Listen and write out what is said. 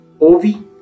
Ovi